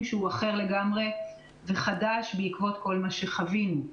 שהוא אחר לגמרי וחדש בעקבות כל מה שחווינו.